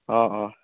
অঁ অঁ